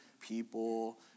people